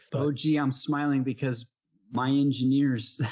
oh gee, i'm smiling because my engineers,